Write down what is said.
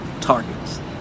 targets